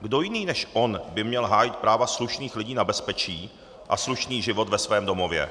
Kdo jiný než on by měl hájit práva slušných lidí na bezpečí a slušný život ve svém domově?